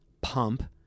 Pump